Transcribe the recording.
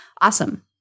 Awesome